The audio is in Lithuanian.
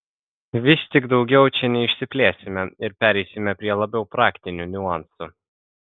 vis tik daugiau čia neišsiplėsime ir pereisime prie labiau praktinių niuansų